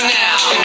now